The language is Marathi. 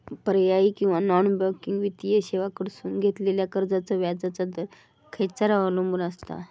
पर्यायी किंवा नॉन बँकिंग वित्तीय सेवांकडसून घेतलेल्या कर्जाचो व्याजाचा दर खेच्यार अवलंबून आसता?